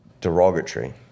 derogatory